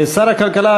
שר הכלכלה,